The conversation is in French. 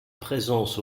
présence